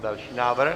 Další návrh?